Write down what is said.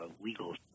legal